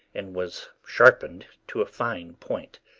and was sharpened to a fine point.